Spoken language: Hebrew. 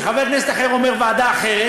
וחבר כנסת אחר אומר ועדה אחרת,